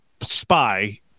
spy